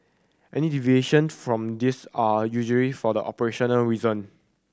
any deviation from these are usually for the operational reason